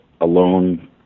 alone